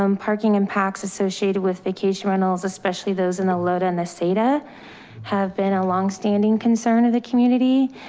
um parking impacts associated with vacation rentals, especially those in a load on the seda have been a longstanding concern of the community.